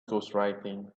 ghostwriting